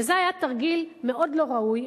וזה היה תרגיל מאוד לא ראוי.